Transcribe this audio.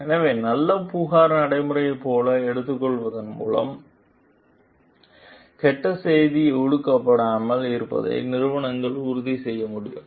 எனவே நல்ல புகார் நடைமுறையைப் போல எடுத்துக்கொள்வதன் மூலம் எனவே கெட்ட செய்தி ஒடுக்கப்படாமல் இருப்பதை நிறுவனங்கள் உறுதி செய்ய முடியும்